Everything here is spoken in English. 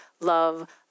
love